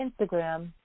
Instagram